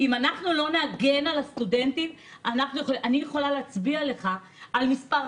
אם אנחנו לא נגן על הסטודנטים אני יכולה להצביע לך על מספר